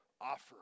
offer